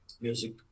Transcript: music